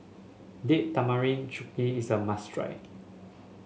Date Tamarind Chutney is a must try